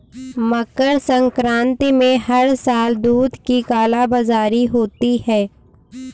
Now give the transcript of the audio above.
मकर संक्रांति में हर साल दूध की कालाबाजारी होती है